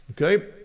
Okay